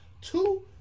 Two